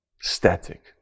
static